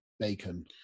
bacon